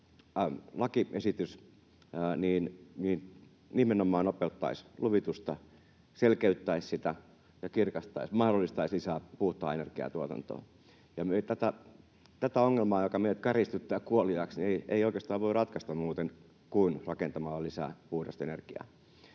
lakiesitys, nimenomaan nopeuttaisi luvitusta, selkeyttäisi ja kirkastaisi sitä, mahdollistaisi lisää puhtaan energian tuotantoa. Tätä ongelmaa, joka meidät käristyttää kuoliaaksi, ei oikeastaan voi ratkaista muuten kuin rakentamalla lisää puhdasta energiaa.